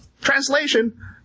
Translation